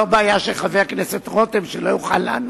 לא בעיה שחבר הכנסת רותם, שלא יוכל לענות.